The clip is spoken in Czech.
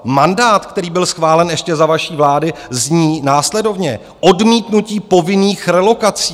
Mandát, který byl schválen ještě za vaší vlády, zní následovně: odmítnutí povinných relokací.